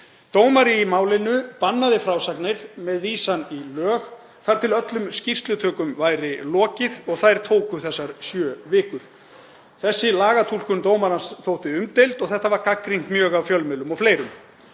Dómari í málinu bannaði frásagnir með vísan í lög þar til öllum skýrslutökum væri lokið og þær tóku þessar sjö vikur. Þessi lagatúlkun dómarans þótti umdeild og þetta var gagnrýnt mjög af fjölmiðlum og fleirum.